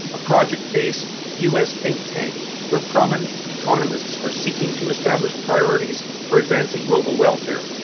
a project based us think tank where prominent economists are seeking to establish priorities for advancing global welfare.